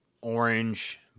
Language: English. orange